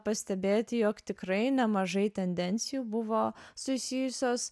pastebėti jog tikrai nemažai tendencijų buvo susijusios